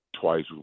twice